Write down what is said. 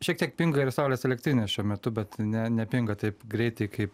šiek tiek pinga ir saulės elektrinės šiuo metu bet ne nepinga taip greitai kaip